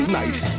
nice